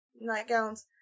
nightgowns